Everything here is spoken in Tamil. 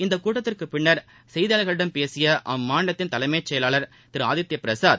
இந்த கூட்டத்திற்கு பின்னர் செய்தியாளர்களிடம் பேசிய அம்மாநிலத்தின் தலைமைச்செயலர் திரு ஆதித்ய பிரசாத்